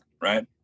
right